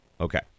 Okay